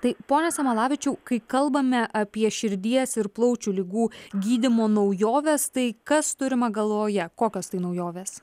taip pone samalavičiau kai kalbame apie širdies ir plaučių ligų gydymo naujoves tai kas turima galvoje kokios tai naujovės